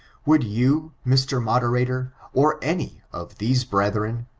would you mr. moderator, or any of these brethren,